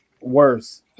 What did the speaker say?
worse